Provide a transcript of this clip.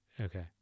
Okay